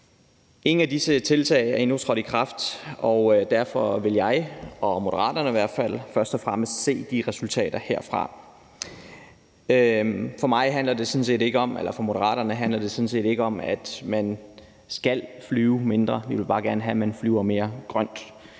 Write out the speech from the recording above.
Ingen af disse tiltag er endnu trådt i kraft, og derfor vil jeg og Moderaterne i hvert fald først og fremmest se de resultater herfra. For mig og Moderaterne handler det sådan set ikke om, at man skal flyve mindre; vi vil bare gerne have, at man flyver mere grønt.